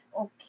okay